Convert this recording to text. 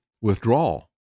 withdrawal